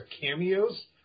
cameos